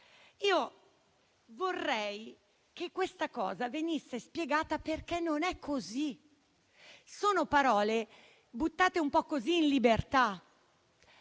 io vorrei che questa posizione venisse spiegata, perché non è così. Sono parole buttate un po' così in libertà.